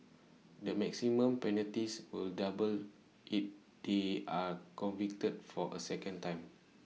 the maximum penalties will double if they are convicted for A second time